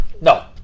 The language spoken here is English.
no